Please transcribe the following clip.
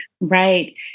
Right